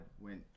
went